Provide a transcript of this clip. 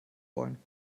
wollen